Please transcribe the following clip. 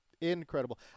incredible